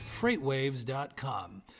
freightwaves.com